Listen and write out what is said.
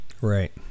Right